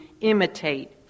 imitate